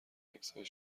عکسهای